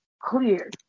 Clear